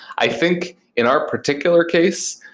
i think in our particular case,